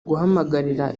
guhamagarira